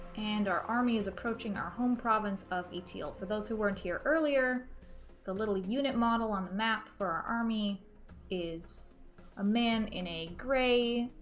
and our army is approaching our home province of appeal for those who weren't here earlier the little unit model on the map for our army is a man in a gray